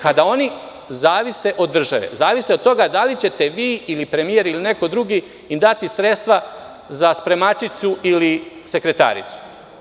Kada oni zavise od države, zavise od toga da li ćete vi ili premijer ili neko drugi im dati sredstva za spremačicu ili sekretaricu?